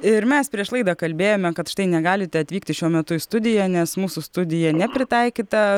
ir mes prieš laidą kalbėjome kad štai negalite atvykti šiuo metu į studiją nes mūsų studija nepritaikyta